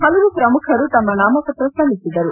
ಹಲವು ಪ್ರಮುಖರು ತಮ್ಮ ನಾಮಪತ್ರ ಸಲ್ಲಿಸಿದರು